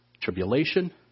Tribulation